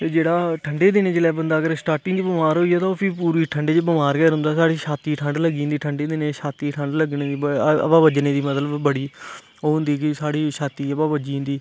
ते जेह्ड़ा ठंडे दिनैं जेल्लै बंदा अगर स्टार्टिंग च बमार होई जाऽ तां फ्ही पूरी ठंड च बमार गै रौंह्दा साढ़ी छाती ई ठंड लग्गी जंदी ठंडी दिनैं छाती ई ठंड लग्गने दी ब हवा बज्जनी मतलब बड़ी ओह् होंदी कि साढ़ी छाती गी हवा बज्जी जंदी